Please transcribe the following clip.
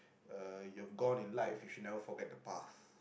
uh you have gone in life you should never forget the path